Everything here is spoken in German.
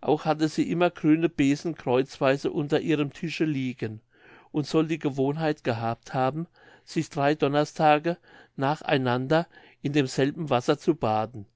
auch hatte sie immer grüne besen kreuzweise unter ihrem tische liegen und soll die gewohnheit gehabt haben sich drei donnerstage nach einander in demselben wasser zu baden